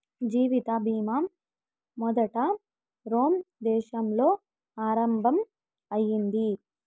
జీవిత బీమా మొదట రోమ్ దేశంలో ఆరంభం అయింది